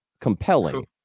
compelling